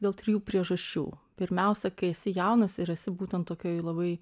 dėl trijų priežasčių pirmiausia kai esi jaunas ir esi būtent tokioj labai